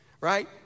Right